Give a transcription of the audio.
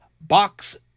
box